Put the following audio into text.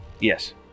Yes